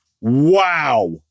Wow